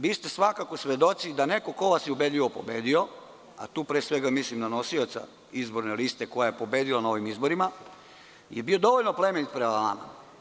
Vi ste svakako svedoci da neko ko vas je ubedljivo pobedio, a tu pre svega mislim na nosioca izborne liste koja je pobedila na ovim izborima, je bio dovoljno plemenit prema vama.